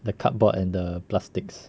the cardboard and the plastics